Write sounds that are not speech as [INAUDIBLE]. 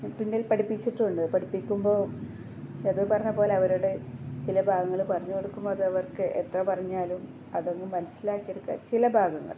[UNINTELLIGIBLE] തുന്നൽ പഠിപ്പിച്ചിട്ടുമുണ്ട് പഠിപ്പിക്കുമ്പോള് അത് പറഞ്ഞതുപോലെ അവരുടെ ചില ഭാഗങ്ങള് പറഞ്ഞുകൊടുക്കുമ്പോള് അതവർക്ക് എത്ര പറഞ്ഞാലും അതങ്ങ് മനസ്സിലാക്കിയെടുക്കാൻ ചില ഭാഗങ്ങൾ